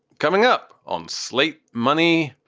coming up on slate, money,